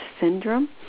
syndrome